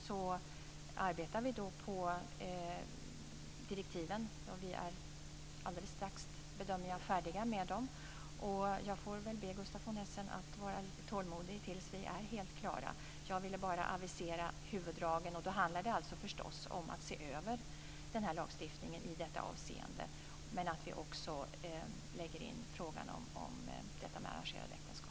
Vi arbetar med direktiven. Jag bedömer att vi strax kommer att vara färdiga med dem. Jag får väl be Gustaf von Essen att vara lite tålmodig till dess vi är helt klara. Jag ville bara avisera huvuddragen. Då handlar det om att se över lagstiftningen i det avseendet men att vi också lägger in frågan om arrangerade äktenskap.